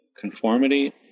conformity